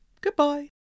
Goodbye